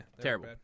terrible